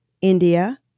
India